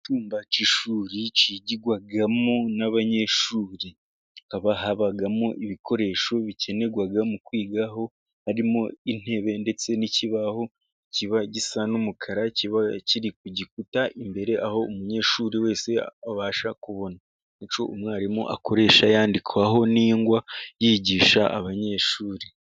Icyumba cy'ishuri kigwamo n'abanyeshuri, hakaba habamo ibikoresho bikenerwa mu kwiga, aho harimo intebe ndetse n'ikibaho kiba gisa n'umukara, kiba kiri ku gikuta imbere aho umunyeshuri wese abasha kubona. Icyo umwarimu akoresha yandikaho ni ingwa yigisha abanyeshuri.